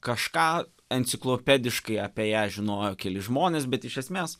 kažką enciklopediškai apie ją žinojo keli žmonės bet iš esmės